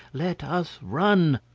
let us run.